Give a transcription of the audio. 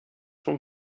vom